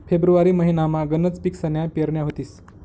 February महिनामा गनच पिकसन्या पेरण्या व्हतीस